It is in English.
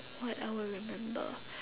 what I will remember